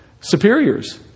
superiors